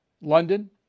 London